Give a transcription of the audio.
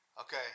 Okay